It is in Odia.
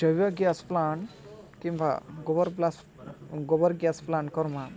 ଜୈବ ଗ୍ୟାସ ପ୍ଲାଣ୍ଟ କିମ୍ବା ଗୋବରଗୋବର ଗ୍ୟାସ ପ୍ଲାଣ୍ଟ କରିବା